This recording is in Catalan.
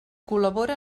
col·labora